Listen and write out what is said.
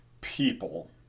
people